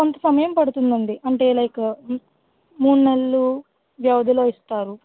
కొంత సమయం పడుతుందండి అంటే లైక్ మూడు నెల్లు వ్యవధిలో ఇస్తారు